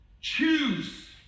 Choose